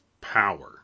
Power